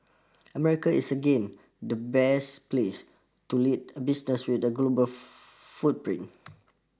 America is again the best place to lead a business with a global footprint